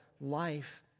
life